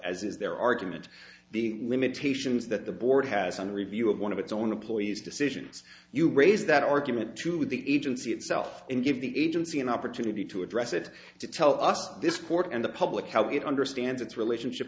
as is their argument the limitations that the board has on a review of one of its own employees decisions you raise that argument to the agency itself and give the agency an opportunity to address it to tell us this court and the public how it understands its relationship